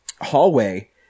hallway